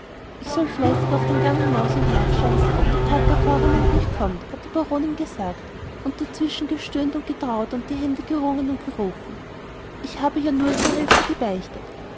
ich soll fleißig auf den gang hinaus und nachschauen ob der pater faramund nicht kommt hat die frau baronin gesagt und dazwischen gestöhnt und getrauert und die hände gerungen und gerufen ich habe ja nur zur hälfte gebeichtet